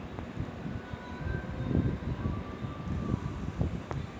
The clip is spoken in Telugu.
పత్తిలో కాయ మచ్చ ఎలా అరికట్టాలి?